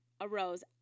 arose